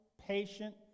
patient